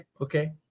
Okay